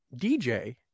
DJ